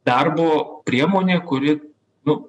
darbo priemonė kuri nu